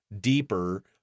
deeper